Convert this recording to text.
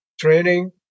training